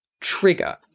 trigger